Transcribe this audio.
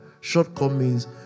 shortcomings